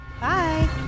Bye